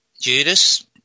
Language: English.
Judas